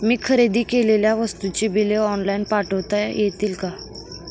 मी खरेदी केलेल्या वस्तूंची बिले ऑनलाइन पाठवता येतील का?